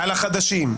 על החדשים.